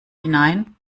hinein